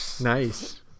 nice